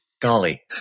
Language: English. Golly